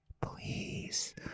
Please